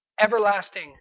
everlasting